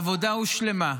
העבודה הושלמה,